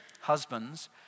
Husbands